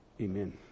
amen